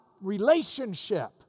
relationship